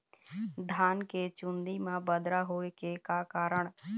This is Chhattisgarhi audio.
धान के चुन्दी मा बदरा होय के का कारण?